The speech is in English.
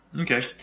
Okay